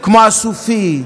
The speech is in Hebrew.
כמו אסופי,